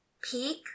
peak